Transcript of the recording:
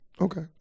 Okay